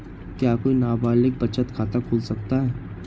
क्या कोई नाबालिग बचत खाता खोल सकता है?